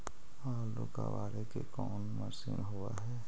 आलू कबाड़े के कोन मशिन होब है?